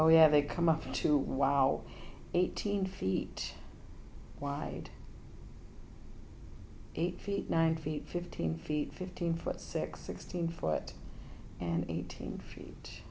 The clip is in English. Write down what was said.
oh yeah they come up to wow eighteen feet wide eight feet nine feet fifteen feet fifteen foot six sixteen foot and eighteen feet